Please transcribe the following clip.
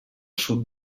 sud